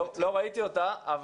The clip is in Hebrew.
לא ראיתי אותה.